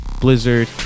Blizzard